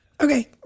Okay